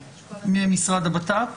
המשרד לביטחון פנים.